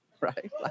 right